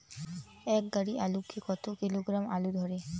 এক গাড়ি আলু তে কত কিলোগ্রাম আলু ধরে?